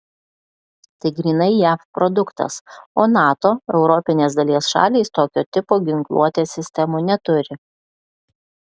tai grynai jav produktas o nato europinės dalies šalys tokio tipo ginkluotės sistemų neturi